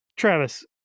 Travis